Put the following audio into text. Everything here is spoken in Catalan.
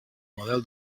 model